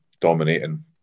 dominating